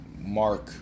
Mark